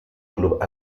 club